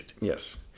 Yes